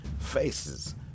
faces